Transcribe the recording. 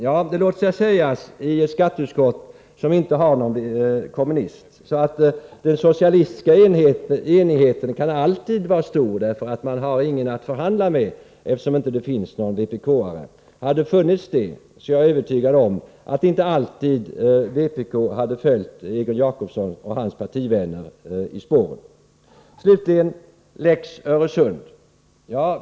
Ja, det låter sig sägas när det gäller ett skatteutskott där det inte finns någon kommunist. Den socialistiska enigheten kan i detta utskott alltid vara stor, för man har alltså inte någon att förhandla med. Jag är övertygad om att ifall det funnits en vpk-are i utskottet, så hade vpk inte alltid följt Egon Jacobsson och hans partivänner i spåren. Slutligen lex Öresund.